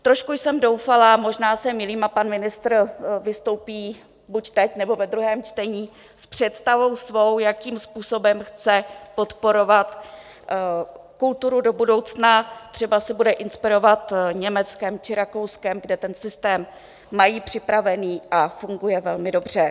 Trošku jsem doufala, možná se mýlím a pan ministr vystoupí buď teď, nebo ve druhém čtení, s představou svou, jakým způsobem chce podporovat kulturu do budoucna, třeba se bude inspirovat Německem či Rakouskem, kde ten systém mají připravený a funguje velmi dobře.